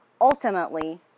ultimately